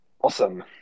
Awesome